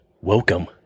Welcome